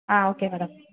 ah okay madam